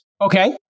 okay